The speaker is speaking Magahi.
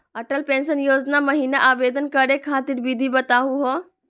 अटल पेंसन योजना महिना आवेदन करै खातिर विधि बताहु हो?